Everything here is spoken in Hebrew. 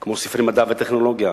כמו ספרי מדע וטכנולוגיה,